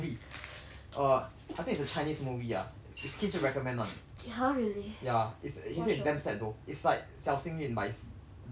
err I think is a chinese movie ya it's ki zhi recommend [one] ya it's he said damn sad though it's like 小幸运 but it's better than 小幸运